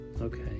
Okay